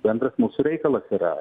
bendras mūsų reikalas yra